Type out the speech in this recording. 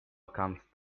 comest